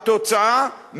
התוצאה,